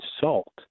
salt